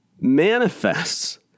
manifests